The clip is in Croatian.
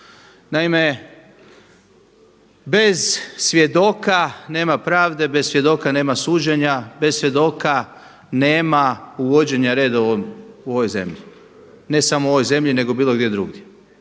Naime, bez svjedoka nema pravde, bez svjedoka nema suđenja, bez svjedoka nema uvođenja reda u ovoj zemlji, ne samo u ovoj zemlji nego bilo gdje drugdje.